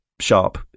sharp